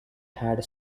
had